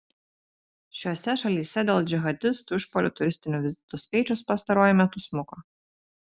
šiose šalyse dėl džihadistų išpuolių turistinių vizitų skaičius pastaruoju metu smuko